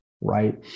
right